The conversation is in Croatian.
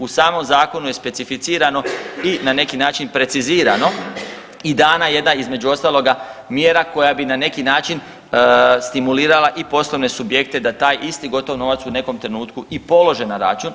U samom Zakonu je specificirano i na neki način precizirano i dana jedna, između ostaloga, mjera koja bi na neki način stimulirala i poslovne subjekte da taj isti gotov novac u nekom trenutku i polože na račun.